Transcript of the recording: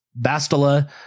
Bastila